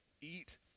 Eat